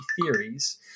Theories